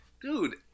dude